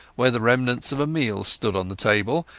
where the remnants of a meal stood on the table,